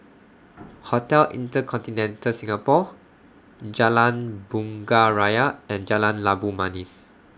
Hotel InterContinental Singapore Jalan Bunga Raya and Jalan Labu Manis